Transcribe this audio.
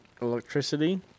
Electricity